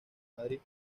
madrid